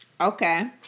Okay